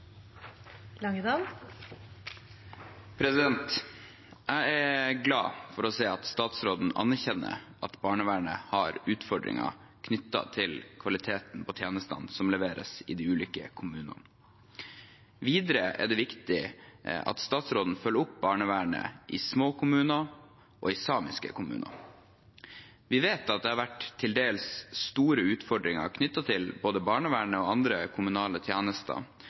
Jeg er glad for å se at statsråden anerkjenner at barnevernet har utfordringer knyttet til kvaliteten på tjenestene som leveres i de ulike kommunene. Videre er det viktig at statsråden følger opp barnevernet i små kommuner og i samiske kommuner. Vi vet at det har vært til dels store utfordringer knyttet til både barnevernet og andre kommunale tjenester